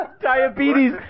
Diabetes